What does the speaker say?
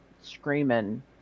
screaming